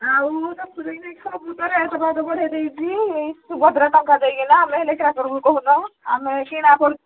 ଆଉ ମୁଁ ସବୁ ତ ରେଟ୍ ବଢ଼େଇ ଦେଇଛି ସୁଭଦ୍ରା ଟଙ୍କା ଦେଇକିନା ଆମେ ହେଲେ କିରା କରିବୁ କହୁନ ଆମେ କିଣା ପଡ଼ୁ